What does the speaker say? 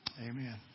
amen